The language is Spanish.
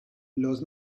los